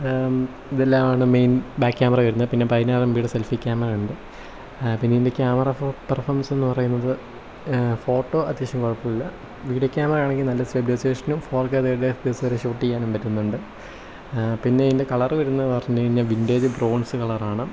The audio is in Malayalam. ഇതെല്ലാമാണ് മെയിൻ ബാക്ക് ക്യാമറ വരുന്നത് പിന്നെ പതിനാറ് എം ബിയുടെ സെൽഫി ക്യാമറ ഉണ്ട് ആഹ് പിന്നെ ഇതിൻ്റെ ക്യാമറ പെർഫോമൻസ് എന്നുപറയുന്നത് ഫോട്ടോ അത്യാവശ്യം കുഴപ്പമില്ല വീഡിയോ ക്യാമറ ആണെങ്കിൽ സ്റ്റെബിലൈസേഷനും four K thirty F P S വരെ ഷൂട്ട് ചെയ്യാനും പറ്റുന്നുണ്ട് പിന്നെ ഇതിൻ്റെ കളർ വരുന്നതെന്ന് പറഞ്ഞുകഴിഞ്ഞാൽ വിന്റേജ് ബ്രോൺസ് കളർ ആണ്